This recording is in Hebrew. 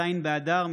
ז' באדר,